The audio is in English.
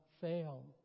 fail